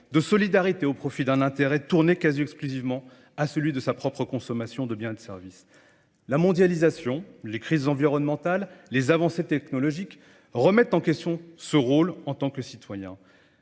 de solidarité au profit d'un intérêt tourné quasi exclusivement à celui de sa propre consommation de biens et de services. La mondialisation, les crises environnementales, les avancées technologiques remettent en question ce rôle en tant que citoyens.